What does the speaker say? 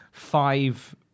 five